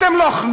אתם לא חנונים,